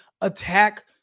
attack